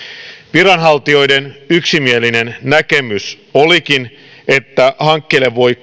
viranhaltijoiden yksimielinen näkemys olikin että hankkeelle voi